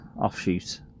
offshoot